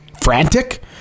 frantic